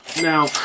Now